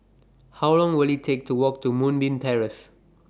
How Long Will IT Take to Walk to Moonbeam Terrace